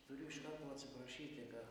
turiu iš karto atsiprašyti kad